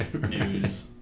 news